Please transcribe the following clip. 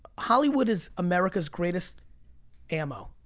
hollywood is america's greatest ammo,